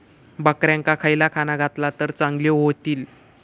बकऱ्यांका खयला खाणा घातला तर चांगल्यो व्हतील?